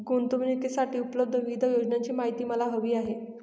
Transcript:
गुंतवणूकीसाठी उपलब्ध विविध योजनांची माहिती मला हवी आहे